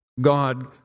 God